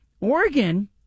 Oregon